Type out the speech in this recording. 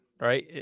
Right